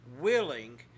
willing